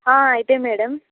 అవుతాయి మ్యాడమ్